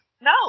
No